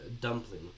dumpling